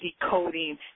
decoding